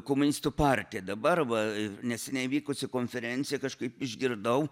komunistų partija dabar va neseniai vykusi konferencija kažkaip išgirdau